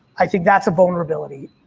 i think that's a vulnerability.